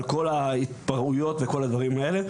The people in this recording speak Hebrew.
על כל ההתפרעויות וכל הדברים האלה.